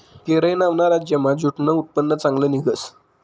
केरय नावना राज्यमा ज्यूटनं उत्पन्न चांगलं निंघस